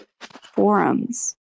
forums